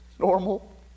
normal